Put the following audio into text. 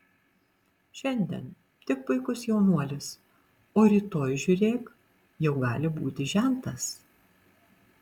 šiandien tik puikus jaunuolis o rytoj žiūrėk jau gali būti žentas